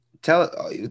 Tell